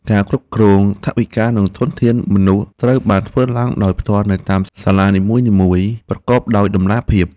ការគ្រប់គ្រងថវិកានិងធនធានមនុស្សត្រូវបានធ្វើឡើងដោយផ្ទាល់នៅតាមសាលានីមួយៗប្រកបដោយតម្លាភាព។